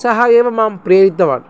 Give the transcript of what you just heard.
सः एव मां प्रेरितवान्